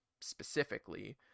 specifically